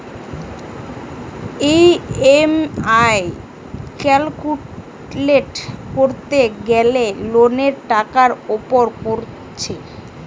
EMI calculate কোরতে গ্যালে লোনের টাকার উপর কোরছে